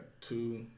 two